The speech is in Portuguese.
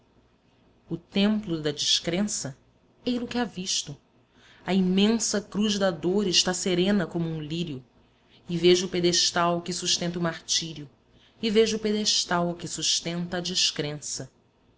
o templo da descrença ei-lo que avisto a imensa cruz da dor está serena como um lírio e vejo o pedestal que sustenta o martírio e vejo o pedestal que sustenta a descrença